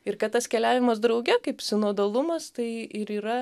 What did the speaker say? ir kad tas keliavimas drauge kaip sinodalumas tai ir yra